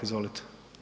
Izvolite.